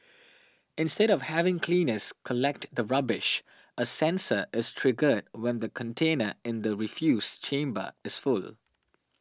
instead of having cleaners collect the rubbish a sensor is triggered when the container in the refuse chamber is full